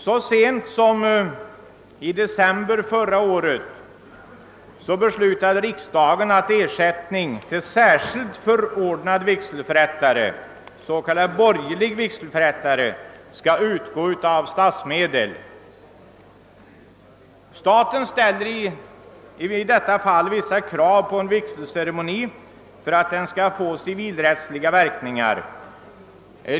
Så sent som i december förra året beslutade riksdagen att ersättning till särskilt förordnad vigselförrättare — s.k. borgerlig vigselförrättare — skall utgå av statsmedel. Staten ställer i detta fall vissa krav på en vigselceremoni för att den skall få civilrättsliga verkningar.